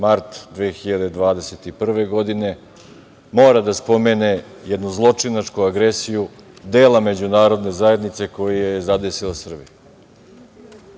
mart 2021. godine, mora da spomene jednu zločinačku agresiju, dela međunarodne zajednice koju je zadesila Srbija,